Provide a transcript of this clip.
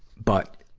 but,